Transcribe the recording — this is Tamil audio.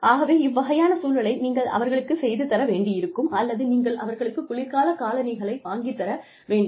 ஆகவே இவ்வகையான சூழலை நீங்கள் அவர்களுக்குச் செய்து தர வேண்டியிருக்கும் அல்லது நீங்கள் அவர்களுக்குக் குளிர்கால காலணிகளை வாங்கி தர வேண்டும்